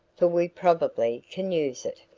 for we probably can use it.